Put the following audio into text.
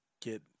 get